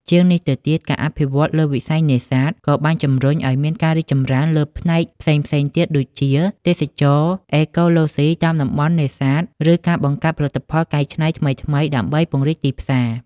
ជាងនេះទៅទៀត ការអភិវឌ្ឍន៍លើវិស័យនេសាទក៏បានជំរុញឲ្យមានការរីកចម្រើនលើផ្នែកផ្សេងៗទៀតដូចជា ទេសចរណ៍អេកូឡូស៊ីតាមតំបន់នេសាទ ឬការបង្កើតផលិតផលកែច្នៃថ្មីៗដើម្បីពង្រីកទីផ្សារ។